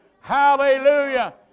Hallelujah